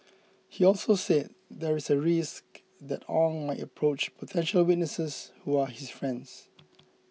he also said there is a risk that Ong might approach potential witnesses who are his friends